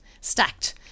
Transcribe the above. stacked